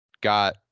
got